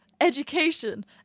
education